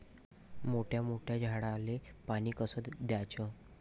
मोठ्या मोठ्या झाडांले पानी कस द्याचं?